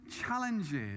challenges